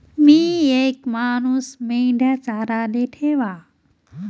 मी येक मानूस मेंढया चाराले ठेवा